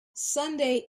sunday